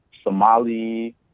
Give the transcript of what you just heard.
Somali